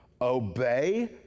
obey